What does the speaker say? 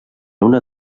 una